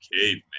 caveman